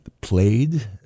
played